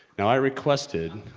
now i requested.